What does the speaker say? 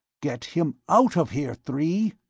get him out of here, three!